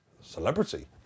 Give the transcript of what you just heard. celebrity